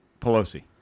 Pelosi